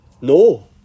No